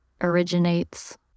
originates